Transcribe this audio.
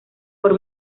por